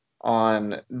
on